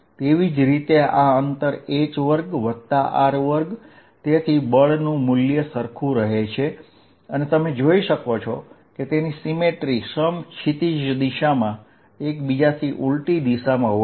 તેવી જ રીતે આ અંતર h2R2 થશે તેથી બળનું મૂલ્ય સરખું રહે છે અને તમે જોઈ શકો છો કે તેની સપ્રમાણતા સમક્ષિતિજ દિશામાં એકબીજાથી ઊલટી દિશામાં હોય છે